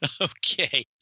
Okay